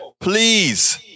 please